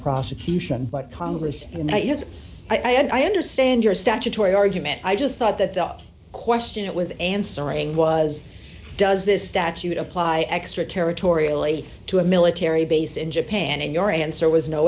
prosecution but congress in the us i understand your statutory argument i just thought that the question it was answering was does this statute apply extra territorially to a military base in japan in your answer was no